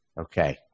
Okay